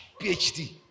PhD